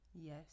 Yes